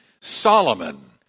Solomon